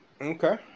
Okay